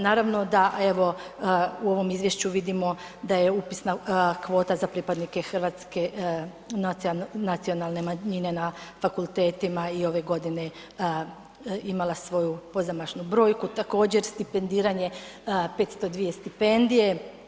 Naravno da evo u ovom izvješću vidimo da je upisna kvota za pripadnike Hrvatske nacionalne manjine na fakultetima i ove godine imala svoju pozamašnu brojku, također stipendiranje 502 stipendije.